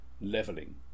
leveling